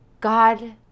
God